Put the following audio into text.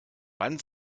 wann